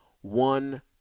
one